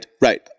Right